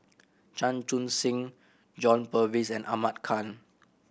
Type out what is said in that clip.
Chan Chun Sing John Purvis and Ahmad Khan